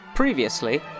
previously